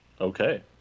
Okay